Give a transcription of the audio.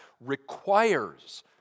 requires